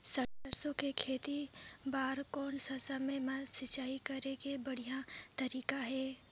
सरसो के खेती बार कोन सा समय मां सिंचाई करे के बढ़िया तारीक हे?